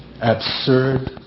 absurd